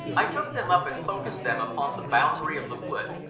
i took them up and focused them upon the boundary of the wood,